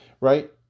right